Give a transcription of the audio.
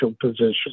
position